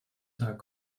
tag